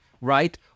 right